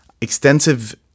extensive